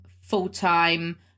full-time